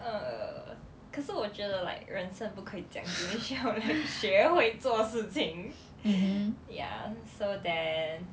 err 可是我觉得 like 人身不可以这样我们需要 like 学会做事情 ya so then